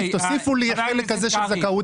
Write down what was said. תוסיפו לי את החלק הזה של הזכאות,